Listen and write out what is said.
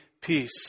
peace